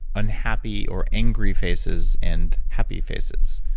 unhappy or angry faces and happy faces.